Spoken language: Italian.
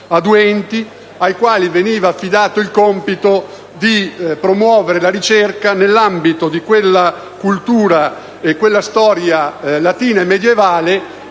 a due enti, ai quali veniva affidato il compito di promuovere la ricerca nell'ambito di quella cultura e di quella storia latina e medievale